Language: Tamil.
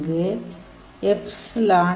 இங்கு ϵ0